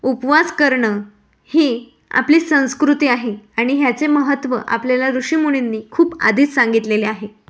उपवास करणं ही आपली संस्कृती आहे आणि ह्याचे महत्त्व आपल्याला ऋषिमुनींनी खूप आधीच सांगितलेले आहे